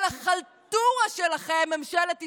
אבל החלטורה שלכם, ממשלת ישראל,